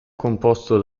composto